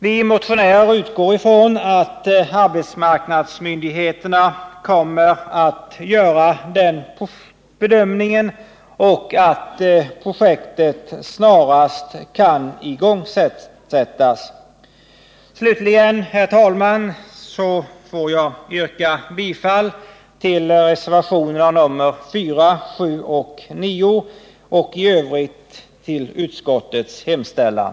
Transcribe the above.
Vi motionärer utgår från att arbetsmarknadsmyndigheterna kommer att göra den bedömningen och att projektet snarast kan igångsättas. Slutligen, herr talman, får jag yrka bifall till reservationerna 4, 7 och 9 och i övrigt till utskottets hemställan.